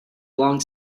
long